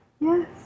Yes